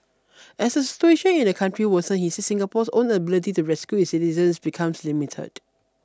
as the situation in the country worsens he said Singapore's own ability to rescue its citizens becomes limited